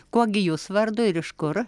kuo gi jūs vardu ir iš kur